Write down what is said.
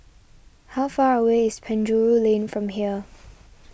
how far away is Penjuru Lane from here